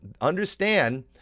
understand